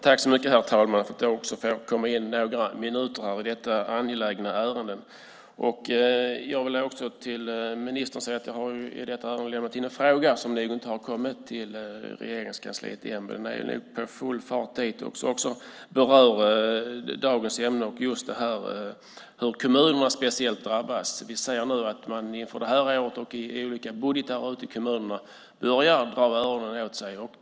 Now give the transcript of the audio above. Herr talman! Tack för att jag också får delta några minuter i detta angelägna ärende. Jag vill till ministern säga att jag har lämnat in en fråga som nog inte har kommit till Regeringskansliet ännu men som i full fart är på väg dit. Den berör dagens ämne och hur speciellt kommunerna drabbas. Vi ser nu att man inför det här året i olika budgetar ute i kommunerna drar öronen åt sig.